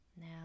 Now